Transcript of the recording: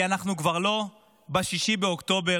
כי אנחנו כבר לא ב-6 באוקטובר,